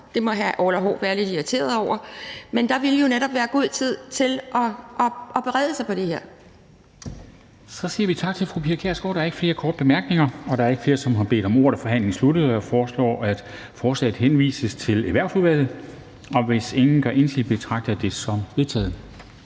det må hr. Orla Hav være lidt irriteret over. Kl. 11:19 Formanden (Henrik Dam Kristensen): Så siger vi tak til fru Pia Kjærsgaard. Der er ikke flere korte bemærkninger. Da der ikke er flere, som har bedt om ordet, er forhandlingen sluttet. Jeg foreslår, at forslaget henvises til Erhvervsudvalget, og hvis ingen gør indsigelse, betragter jeg det som vedtaget.